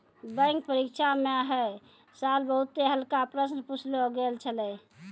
bank परीक्षा म है साल बहुते हल्का प्रश्न पुछलो गेल छलै